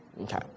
Okay